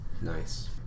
Nice